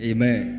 Amen